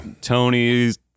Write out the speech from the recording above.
Tony's